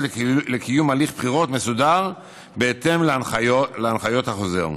לקיום הליך בחירות מסודר בהתאם להנחיות החוזר.